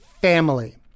family